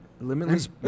Limitless